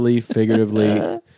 figuratively